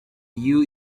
you